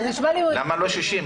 למה לא 60?